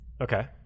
Okay